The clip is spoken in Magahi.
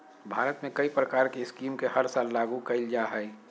भारत में कई प्रकार के स्कीम के हर साल लागू कईल जा हइ